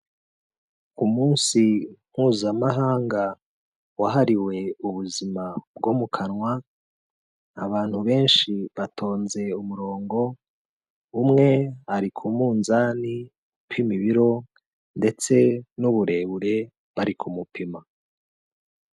Ku munsi Mpuzamahanga wahariwe ubuzima bwo mu kanwa, abantu benshi batonze umurongo, umwe ari ku munzani upima ibiro ndetse n'uburebure bari kumupima.